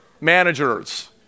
managers